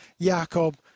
jacob